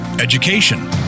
education